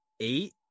eight